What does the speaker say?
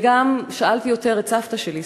אני גם שאלתי יותר את סבתא שלי,